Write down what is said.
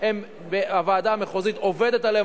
הוועדה המחוזית עובדת עליהן,